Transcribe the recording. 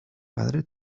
padre